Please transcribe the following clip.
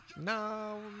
No